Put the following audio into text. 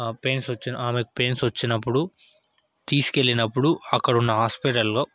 pains వచ్చి ఆమెకి pains వచ్చినప్పుడు తీసుకెళ్ళినప్పుడు అక్కడున్న హాస్పిటల్లో